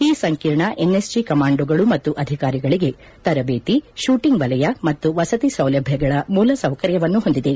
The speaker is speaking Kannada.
ಈ ಸಂಕೀರ್ಣ ಎನ್ಎಸ್ಜಿ ಕಮಾಂಡೋಗಳು ಮತ್ತು ಅಧಿಕಾರಿಗಳಿಗೆ ತರಬೇತಿ ಶೂಟಂಗ್ ವಲಯ ಮತ್ತು ವಸತಿ ಸೌಲಭ್ಞಗಳ ಮೂಲ ಸೌಕರ್ಯವನ್ನು ಹೊಂದಿದೆ